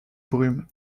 brumes